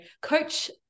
coach